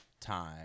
time